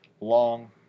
long